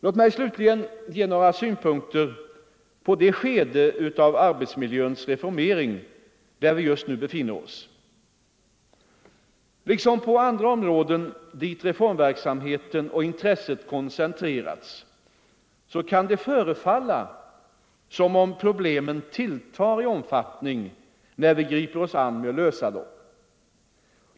Låt mig slutligen ge några synpunkter på det skede av arbetsmiljöns reformering där vi just nu befinner oss. Liksom på andra områden dit reformverksamheten och intresset koncentrerats kan det förefalla som om problemen tilltar i omfattning när vi griper oss an med att lösa dem.